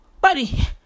buddy